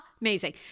Amazing